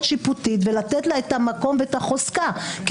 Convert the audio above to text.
שיפוטית ולתת לה את המקום ואת החוזקה.